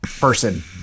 person